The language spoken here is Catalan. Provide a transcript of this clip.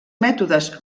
mètodes